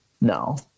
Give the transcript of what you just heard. No